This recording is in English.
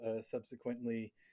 subsequently